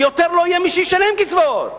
ויותר לא יהיה מי שישלם קצבאות.